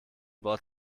wort